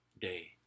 day